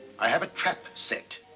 i have a trap set,